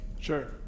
sure